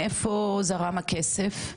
מאיפה זרם הכסף?